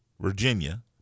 Virginia